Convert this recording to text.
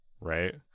right